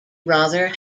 rather